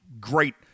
great